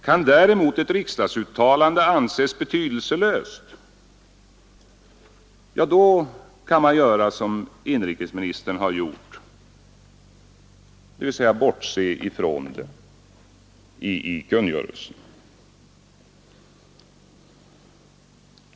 Kan däremot ett riksdagsuttalande anses betydelselöst, handlar man som inrikesministern gjort, dvs. bortser från det i kungörelsen.